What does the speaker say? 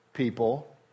people